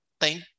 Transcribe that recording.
thank